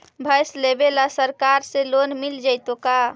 भैंस लेबे ल सरकार से लोन मिल जइतै का?